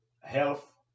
health